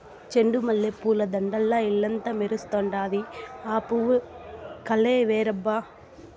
చెండు మల్లె పూల దండల్ల ఇల్లంతా మెరుస్తండాది, ఆ పూవు కలే వేరబ్బా